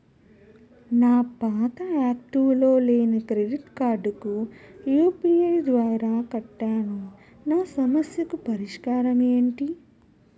నా పాత యాక్టివ్ లో లేని క్రెడిట్ కార్డుకు యు.పి.ఐ ద్వారా కట్టాను నా సమస్యకు పరిష్కారం ఎంటి?